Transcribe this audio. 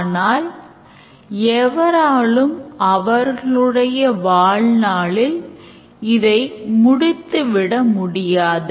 அதாவது வாடிக்கையாளருக்கு கணக்கில் போதுமான நிதி இல்லை பிழை செய்தியைக் காண்பித்து step 6 க்குச் செல்லும்படி கூறலாம்